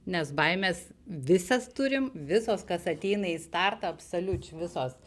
nes baimės visas turim visos kas ateina į startą absoliučiai visos